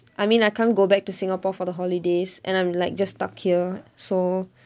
I mean I can't go back to singapore for the holidays and I'm like just stuck here so